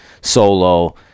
solo